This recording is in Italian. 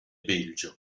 belgio